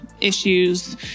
issues